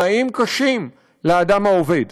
חיים קשים לאדם העובד.